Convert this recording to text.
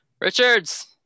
Richards